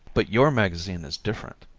but your magazine is different.